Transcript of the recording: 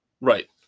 Right